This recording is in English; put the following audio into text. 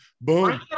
boom